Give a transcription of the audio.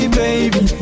baby